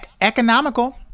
Economical